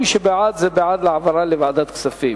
מי שבעד, זה בעד להעביר לוועדת הכספים.